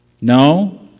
No